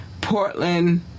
Portland